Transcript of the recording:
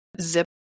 zip